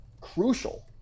crucial